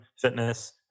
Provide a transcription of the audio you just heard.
fitness